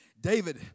David